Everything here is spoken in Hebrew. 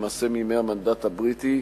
למעשה מימי המנדט הבריטי,